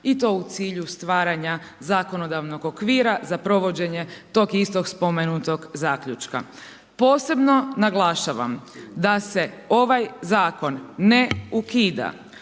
i to u cilju stvaranja zakonodavnog okvira za provođenje tog istog spomenutog zaključka. Posebno naglašavam da se ovaj zakon ne ukida,